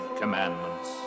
commandments